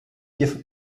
dir